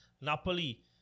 Napoli